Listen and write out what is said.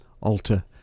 altar